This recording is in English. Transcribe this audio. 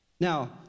Now